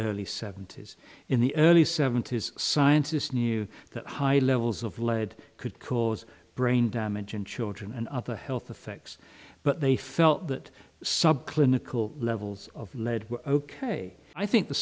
early seventy's in the early seventy's scientists knew that high levels of lead could cause brain damage in children and other health effects but they felt that subclinical levels of lead ok i think the